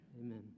amen